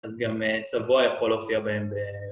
אז גם צבוע יכול להופיע בהם ב...